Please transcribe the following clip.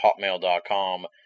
hotmail.com